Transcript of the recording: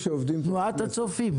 מה היה אחוז העמידה במשכנתה?